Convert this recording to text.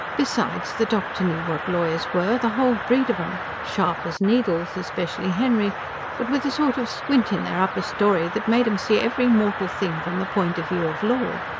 besides, the doctor knew what lawyers were the whole breed of em! sharp as needles especially henry but with a sort of squint in their upper storey that made em see every mortal thing from the point of view of law.